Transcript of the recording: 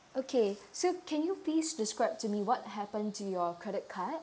okay so can you please describe to me what happened to your credit card